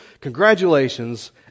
congratulations